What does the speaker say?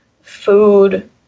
food